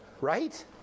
Right